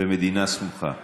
במדינה סמוכה.